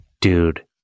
dude